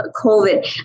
COVID